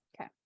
Okay